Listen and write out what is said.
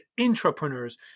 intrapreneurs